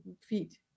feet